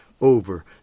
over